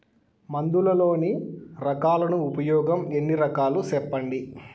మందులలోని రకాలను ఉపయోగం ఎన్ని రకాలు? సెప్పండి?